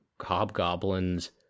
hobgoblins